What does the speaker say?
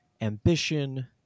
ambition